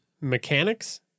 mechanics